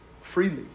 Freely